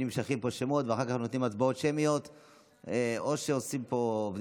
נמשכים פה שמות ואחר כך נותנים הצבעות שמיות.